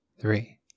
three